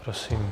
Prosím.